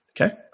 Okay